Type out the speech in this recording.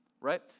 right